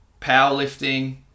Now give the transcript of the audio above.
powerlifting